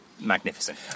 magnificent